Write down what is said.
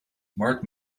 marc